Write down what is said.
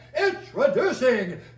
Introducing